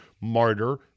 martyr